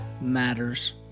matters